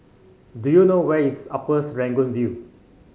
do you know where is Upper Serangoon View